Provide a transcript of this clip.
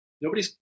Nobody's